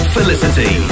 Felicity